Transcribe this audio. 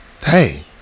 Hey